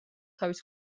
თავის